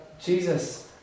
Jesus